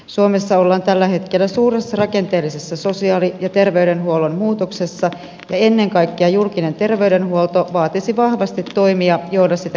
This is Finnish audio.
suomessa ollaan tällä hetkellä suuressa rakenteellisessa sosiaali ja terveydenhuollon muutoksessa ja ennen kaikkea julkinen terveydenhuolto vaatisi vahvasti toimia joilla sitä kyettäisiin vahvistamaan